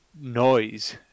noise